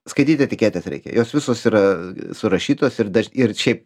skaityt etiketes reikia jos visos yra surašytos ir dar ir šiaip